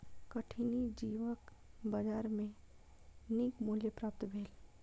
कठिनी जीवक बजार में नीक मूल्य प्राप्त भेल